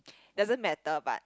doesn't matter but